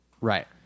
Right